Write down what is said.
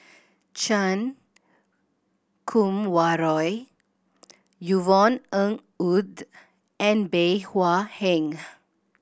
Chan Kum Wah Roy Yvonne Ng Uhde and Bey Hua Heng